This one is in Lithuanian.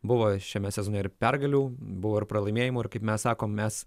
buvo šiame sezone ir pergalių buvo ir pralaimėjimų ir kaip mes sakom mes